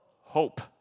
hope